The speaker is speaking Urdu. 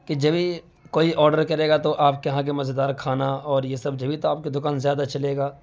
کہ جبھی کوئی آرڈر کرے گا تو آپ کے یہاں کے مزے دار کھانا اور یہ سب جبھی تو آپ کے دوکان زیادہ چلے گا